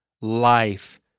life